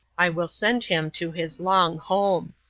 i will send him to his long home.